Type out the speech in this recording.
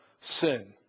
sin